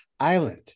island